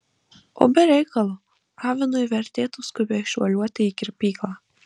o be reikalo avinui vertėtų skubiai šuoliuoti į kirpyklą